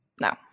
No